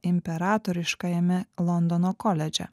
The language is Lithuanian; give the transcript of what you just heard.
imperatoriškajame londono koledže